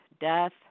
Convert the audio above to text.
death